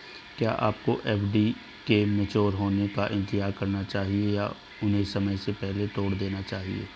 क्या आपको एफ.डी के मैच्योर होने का इंतज़ार करना चाहिए या उन्हें समय से पहले तोड़ देना चाहिए?